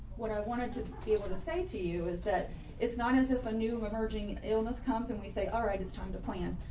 what i wanted to be able to say to you is that it's not as if a new emerging illness comes and we say, all right, it's time to plan.